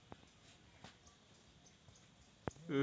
Sir पइसा भेजे बर आहाय दुसर के खाता मे?